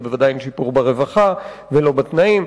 וודאי שאין שיפור ברווחה ולא בתנאים,